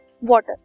water